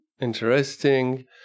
interesting